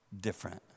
different